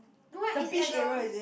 no ah it's at the